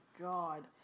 God